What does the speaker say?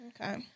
Okay